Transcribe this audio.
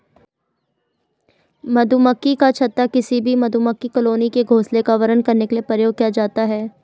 मधुमक्खी का छत्ता किसी भी मधुमक्खी कॉलोनी के घोंसले का वर्णन करने के लिए प्रयोग किया जाता है